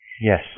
Yes